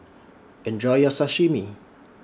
Enjoy your Sashimi